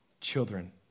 children